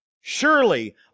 Surely